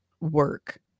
work